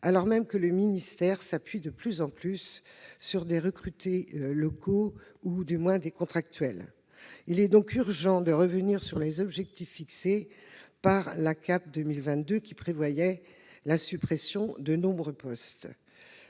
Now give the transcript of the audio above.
alors même que le ministère s'appuie de plus en plus sur des recrutés locaux et des contractuels. Il est donc urgent de revenir sur les objectifs fixés par le comité Action publique 2022, qui prévoyait la suppression de nombreux postes.